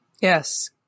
Yes